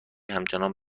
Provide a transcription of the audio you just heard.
همچنان